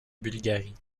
bulgarie